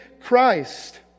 Christ